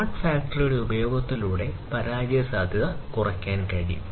smart ഫാക്ടറികളുടെ ഉപയോഗത്തിലൂടെ പരാജയ സാധ്യത കുറയ്ക്കാൻ കഴിയും